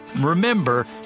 remember